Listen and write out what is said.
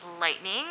lightning